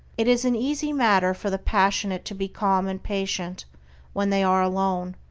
it is an easy matter for the passionate to be calm and patient when they are alone,